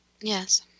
Yes